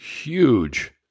huge